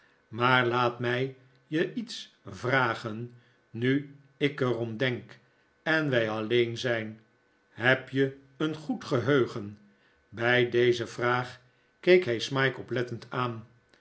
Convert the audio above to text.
maar laat mij je iets vragen nu ik er om denk en wij alleeh zijn heb je een goed geheugen bij deze vraag keek hij smike oplettend aan